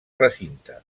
recinte